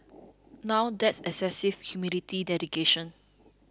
now that's excessive humility dedication